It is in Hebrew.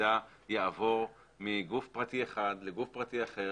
שמידע יעבור מגוף פרטי אחד לגוף פרטי אחר